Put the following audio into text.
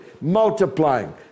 multiplying